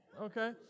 Okay